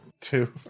two